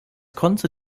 konnte